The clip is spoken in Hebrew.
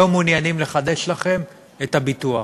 לא מעוניינים לחדש לכם את הביטוח.